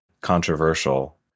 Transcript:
controversial